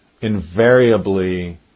invariably